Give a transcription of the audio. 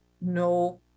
no